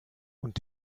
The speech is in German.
und